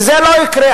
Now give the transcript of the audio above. וזה לא יקרה.